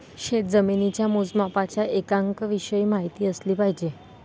शेतजमिनीच्या मोजमापाच्या एककांविषयी माहिती असली पाहिजे